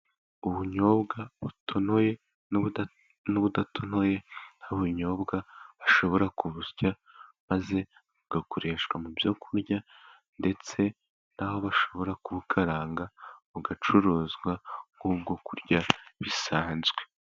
Ubunyobwa butonoye n’ubudatonoye, aho ubunyobwa bashobora kubusya maze bugakoreshwa mu byo kurya, ndetse naho bashobora kubukaranga bugacuruzwa nk’ubwo kurya bisanzwe.